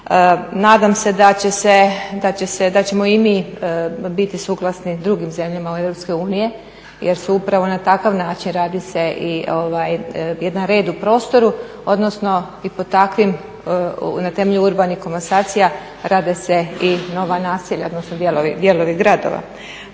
da će se, da ćemo i mi biti suglasni s drugim zemljama Europske unije jer su upravo na takav način radi se i jedan red u prostoru odnosno i pod takvim, na temelju urbanih komasacija rade se i nova naselja, odnosno dijelovi gradova.